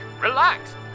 relax